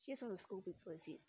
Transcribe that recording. she just want to scold people is it